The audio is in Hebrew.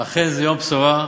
אכן, זה יום בשורה,